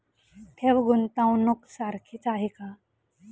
ठेव, गुंतवणूक सारखीच आहे का?